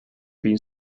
being